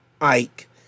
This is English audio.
Ike